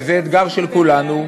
וזה אתגר של כולנו,